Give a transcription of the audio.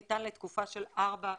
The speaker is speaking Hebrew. ניתן לתקופה של ארבע שנים,